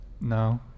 no